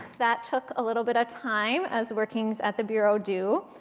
that took a little bit of time, as workings at the bureau do.